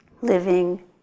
Living